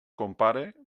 compare